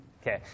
Okay